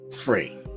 free